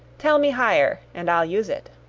tell me higher, and i'll use it.